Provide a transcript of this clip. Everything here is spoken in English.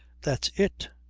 that's it,